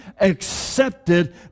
accepted